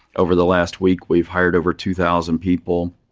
over the last week, we've hired over two thousand people.